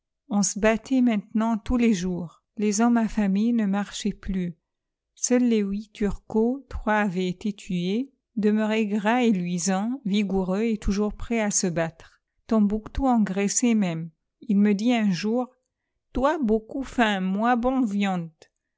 on se battait maintenant tous les jours les hommes affamés ne marchaient plus seuls les huit turcos trois avaient été tués demeuraient gras et luisants vigoureux et toujours prêts à se battre tombouctou engraissait même il me dit un jour toi beaucoup faim moi bon viande